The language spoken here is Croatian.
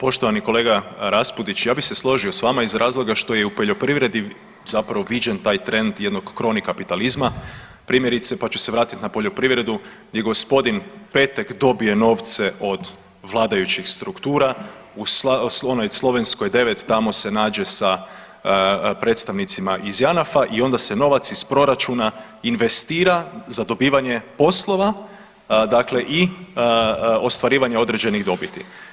Poštovani kolega Raspudić, ja bi se složio s vama iz razloga što je u poljoprivredi zapravo viđen taj trend jednog kroni kapitalizma primjerice, pa ću se vratiti na poljoprivredu gdje g. Petek dobije novce od vladajućih struktura u onoj Slovenskoj 9 tamo se nađe sa predstavnicima iz Janafa i onda se novac iz proračuna investira za dobivanje poslova i ostvarivanje određenih dobiti.